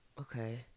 Okay